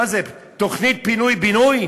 מה זה, תוכנית פינוי-בינוי?